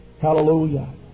Hallelujah